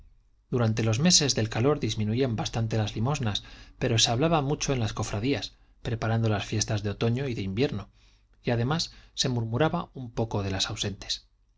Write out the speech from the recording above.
durante los meses del calor disminuían bastante las limosnas pero se hablaba mucho en las cofradías preparando las fiestas de otoño y de invierno y además se murmuraba un poco de las ausentes